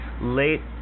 late